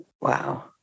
Wow